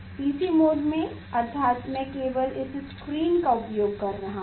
PC mode में अर्थात मैं केवल इस स्क्रीन का उपयोग कर के प्रयोग रहा हूं